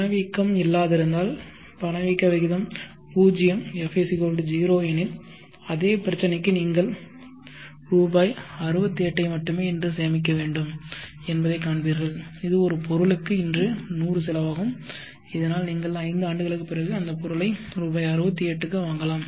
பணவீக்கம் இல்லாதிருந்தால் பணவீக்க விகிதம் 0 எஃப் 0 எனில் அதே பிரச்சினைக்கு நீங்கள் ரூபாய் 68 ஐ மட்டுமே இன்று சேமிக்க வேண்டும் என்பதைக் காண்பீர்கள் இது ஒரு பொருளுக்கு இன்று 100 செலவாகும் இதனால் நீங்கள் 5 ஆண்டுகளுக்கு பிறகு அந்தப் பொருளை ரூபாய் 68 இக்கு வாங்கலாம்